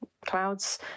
clouds